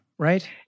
right